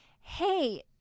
hey